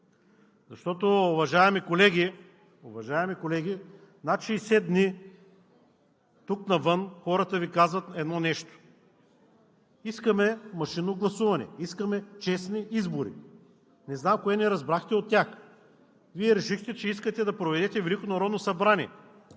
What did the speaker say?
обида. Уважаеми колеги, над 60 дни тук, навън, хората Ви казват едно нещо: „Искаме машинно гласуване! Искаме честни избори!“ Не знам кое от тях не разбрахте? Вие решихте, че искате да проведете Велико народно събрание!